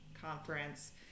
Conference